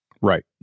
Right